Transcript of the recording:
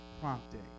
prompting